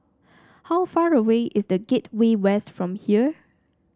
how far away is The Gateway West from here